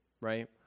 right